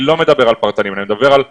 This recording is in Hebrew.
אני לא מדבר על פרטני אלא אני מדבר על עשרות,